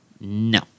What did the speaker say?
No